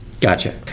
Gotcha